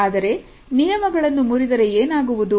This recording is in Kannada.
ಆದರೆ ನಿಯಮಗಳನ್ನು ಮುರಿದರೆ ಏನಾಗುವುದು